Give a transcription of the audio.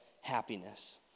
happiness